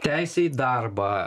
teise į darbą